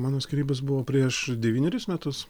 mano skyrybos buvo prieš devyneris metus